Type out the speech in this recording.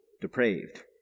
Depraved